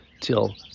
till